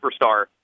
superstar